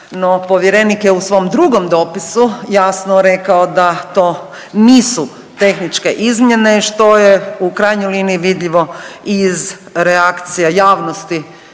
povjerenik je u svom drugom dopisu jasno rekao da to nisu tehničke izmjene, što je u krajnjoj liniji vidljivo iz reakcija javnosti